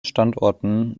standorten